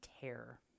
terror